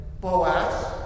Boaz